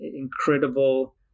incredible